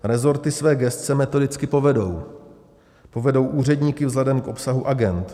Resorty své gesce metodicky povedou, povedou úředníky vzhledem k obsahu agend.